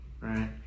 Right